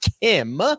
Kim